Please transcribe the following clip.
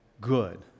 good